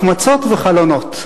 החמצות וחלונות.